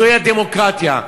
זוהי הדמוקרטיה.